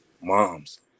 moms